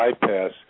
bypass